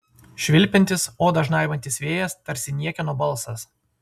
švilpiantis odą žnaibantis vėjas tarsi niekieno balsas